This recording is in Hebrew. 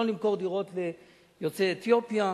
לא למכור דירות ליוצאי אתיופיה.